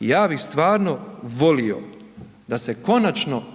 Ja bih stvarno volio da se konačno barem